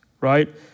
right